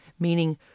meaning